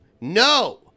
No